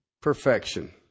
perfection